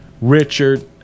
Richard